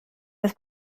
des